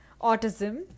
autism